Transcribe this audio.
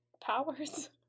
powers